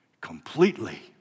Completely